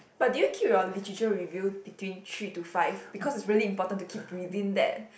but do you keep your literature review between three to five because it's really important to keep within that